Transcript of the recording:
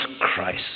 Christ